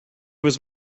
was